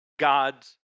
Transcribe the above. God's